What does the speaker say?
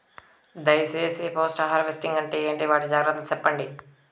దయ సేసి post harvesting అంటే ఏంటి? వాటి జాగ్రత్తలు సెప్పండి?